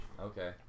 Okay